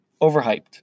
Overhyped